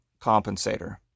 compensator